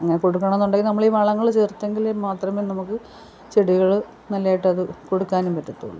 അങ്ങനെ കൊടുക്കണോണോന്നൊണ്ടെങ്കിൽ നമ്മളീ വളങ്ങൾ ചേർത്തെങ്കിലേ മാത്രമേ നമുക്ക് ചെടികൾ നല്ലയായിട്ടത് കൊടുക്കാനും പറ്റത്തൊള്ളു